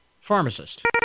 pharmacist